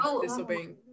disobeying